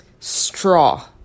straw